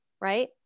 right